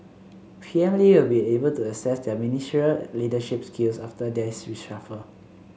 P M Lee will be able to assess their ministerial leadership skills after this reshuffle